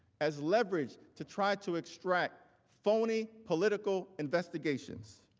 as leverage, to try to extract phony political investigation